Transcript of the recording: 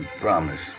promise